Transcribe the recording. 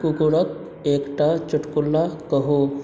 कुकुरक एकटा चुटकुला कहू